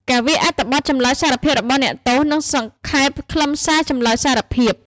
ការវាយអត្ថបទចម្លើយសារភាពរបស់អ្នកទោស និងសង្ខេបខ្លឹមសារចម្លើយសារភាព។